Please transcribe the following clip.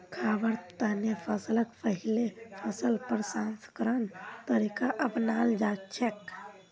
खाबार तने फसलक पहिले फसल प्रसंस्करण तरीका अपनाल जाछेक